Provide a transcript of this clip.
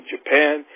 Japan